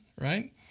right